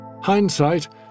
Hindsight